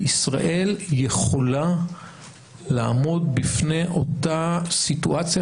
וישראל יכולה לעמוד בפני אותה סיטואציה